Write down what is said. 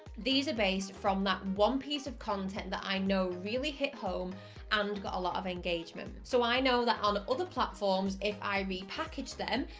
these are based from that one piece of content that i know really hit home and got a lot of engagement. so i know that on other platforms, if i repackage them,